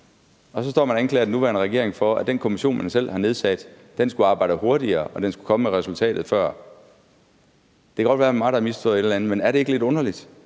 og så står man og anklager den nuværende regering for, at den kommission, man selv har nedsat, ikke arbejder hurtigt nok, og man siger, at den skulle komme med resultatet før. Det kan godt være, det er mig, der har misforstået et eller andet, men er det ikke lidt underligt?